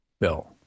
Bill